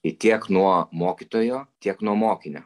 ir tiek nuo mokytojo tiek nuo mokinio